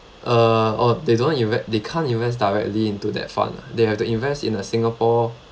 uh oh they don't inve~ they can't invest directly into that fund they have to invest in a singapore